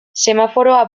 semaforoa